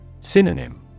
Synonym